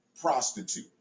prostitute